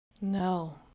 No